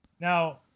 now